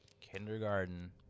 kindergarten